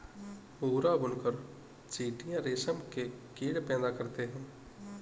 भूरा बुनकर चीटियां रेशम के कीड़े रेशम पैदा करते हैं